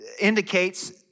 indicates